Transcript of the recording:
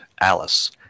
Alice